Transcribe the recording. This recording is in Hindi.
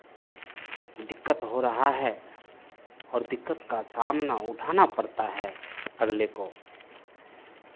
दिक्कत हो रहा है और दिक्कत का सामना उठाना पड़ता है अगले को